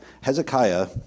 Hezekiah